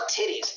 titties